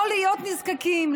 לא להיות נזקקים,